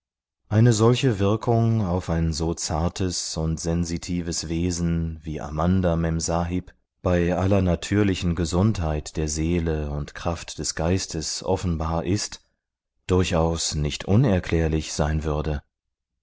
eine solche wirkung auf ein so zartes und sensitives wesen wie amanda memsahib bei aller natürlichen gesundheit der seele und kraft des geistes offenbar ist durchaus nicht unerklärlich sein würde